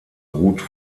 ruth